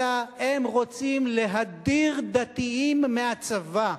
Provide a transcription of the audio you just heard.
אלא הם רוצים להדיר דתיים מהצבא.